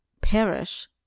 perish